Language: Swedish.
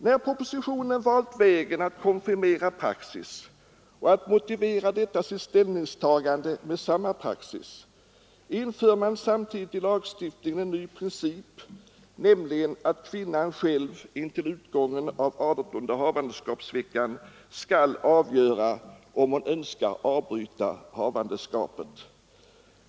När propositionsskrivarna valt vägen att konfirmera praxis och att motivera detta sitt ställningstagande med samma praxis, så inför de samtidigt i lagstiftningen en ny princip, nämligen den att kvinnan själv intill utgången av adertonde havandeskapsveckan skall avgöra om hon önskar avbryta havandeskapet.